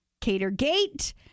Catergate